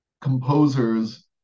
composers